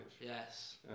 Yes